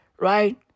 Right